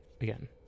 again